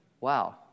Wow